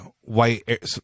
white